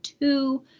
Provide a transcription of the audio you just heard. two